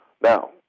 Now